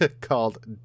called